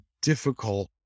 difficult